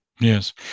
Yes